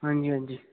हां जी हां जी